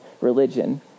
religion